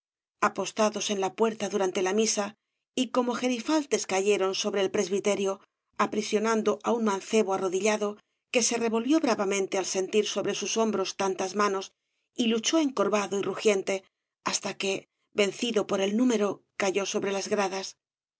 apostados en la puerta durante la misa y como gerifaltes cayeron sobre el prebisterio aprisionando á un man obras devalle inclan cebo arrodillado que se revolvió bravamente al sentir sobre sus hombros tantas manos y luchó encorvado y rugiente hasta que vencido por el número cayó sobre las gradas